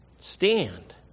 stand